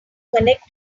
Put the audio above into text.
connect